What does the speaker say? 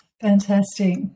Fantastic